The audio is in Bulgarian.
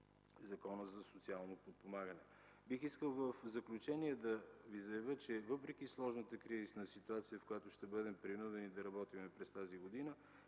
Закона за социално подпомагане. В заключение бих искал да заявя, че въпреки сложната кризисна ситуация, в която ще бъдем принудени да работим през тази година,